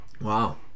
wow